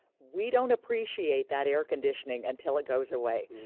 we don't appreciate that air-conditioning until it goes away.